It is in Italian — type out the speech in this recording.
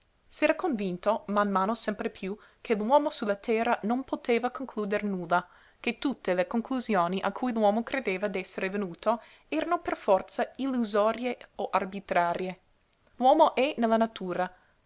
concludevano s'era convinto man mano sempre piú che l'uomo su la terra non poteva concluder nulla che tutte le conclusioni a cui l'uomo credeva d'esser venuto erano per forza illusorie o arbitrarie l'uomo è nella natura